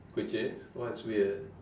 which is what's weird